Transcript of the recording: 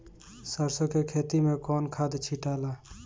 सरसो के खेती मे कौन खाद छिटाला?